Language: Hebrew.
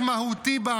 פשוט,